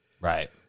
Right